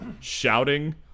shouting